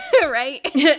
right